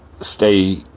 stay